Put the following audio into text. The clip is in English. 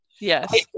Yes